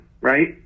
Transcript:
right